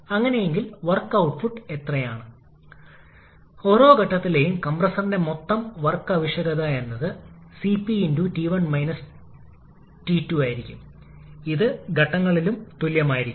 അതിനാൽ power output ഒരു unit mass flow rate back work റേഷ്യോയും നമ്മൾ കണക്കാക്കിയ സൈക്കിൾ കാര്യക്ഷമതയുമുള്ള ഒരു പവർ ഔട്ട്പുട്ടായിരിക്കും